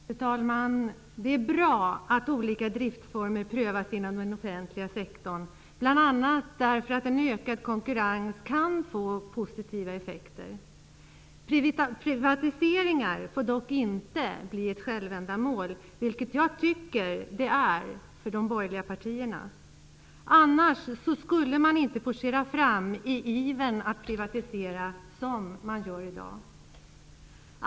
Fru talman! Det är bra att olika dritsformer prövas inom den offentliga sektorn, bl.a. därför att en ökad konkurrens kan få positiva effekter. Privatiseringar får dock inte bli ett självändamål, vilket jag tycker att de är för de borgerliga partierna. Annars skulle man inte forcera fram i ivern att privatisera som man gör i dag.